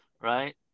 right